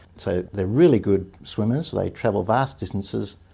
so they're really good swimmers, they travel vast distances,